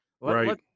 Right